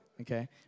okay